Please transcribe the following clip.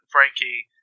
Frankie